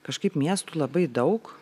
kažkaip miestų labai daug